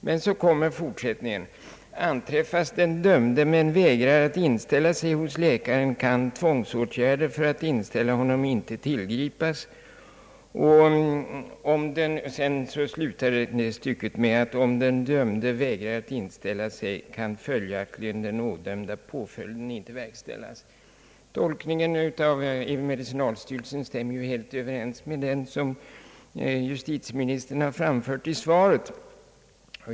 Men därefter görs följande uttalande: Anträffas den dömde men vägrar att inställa sig hos läkaren, kan tvångsåtgärder för att inställa honom inte tillgripas. Stycket slutar med att om den dömde vägrar att inställa sig kan följaktligen den ådömda påföljden inte verkställas. Tolkningen i : medicinalstyrelsen stämmer ju helt överens med den tolkning som justitieministern har framfört i svaret.